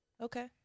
Okay